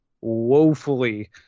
woefully